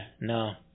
No